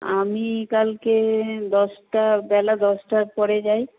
আমি কালকে দশটা বেলা দশটার পরে যাই